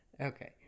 Okay